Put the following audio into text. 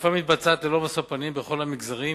האכיפה מתבצעת ללא משוא-פנים בכל המגזרים,